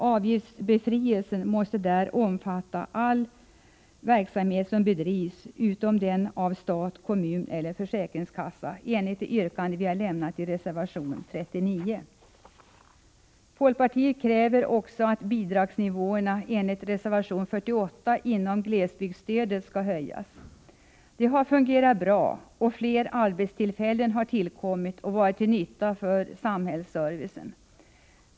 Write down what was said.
Avgiftsbefrielsen måste där omfatta all verksamhet utom den som bedrivs av stat, kommun eller försäkringskassa, enligt vad vi framhåller i vårt yrkande i reservation 39. Folkpartiet kräver också att nivåerna på de bidrag inom glesbygdsstödet vilka tas upp i reservation 48 skall höjas. Det har fungerat bra, och fler arbetstillfällen har tillkommit och varit till nytta för samhällsservicen.